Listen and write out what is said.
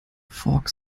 folk